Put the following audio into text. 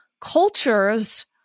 cultures